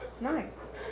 Nice